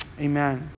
Amen